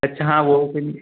अच्छा हाँ वह ओपेन